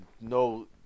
no